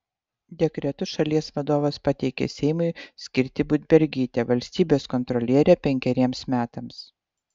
dekretu šalies vadovas pateikė seimui skirti budbergytę valstybės kontroliere penkeriems metams